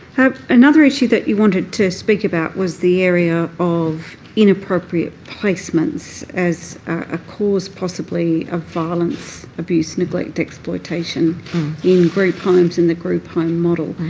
another issue that you wanted to speak about was the area of inappropriate placements as a cause, possibly, of violence, abuse, neglect, exploitation in group homes in the group home model.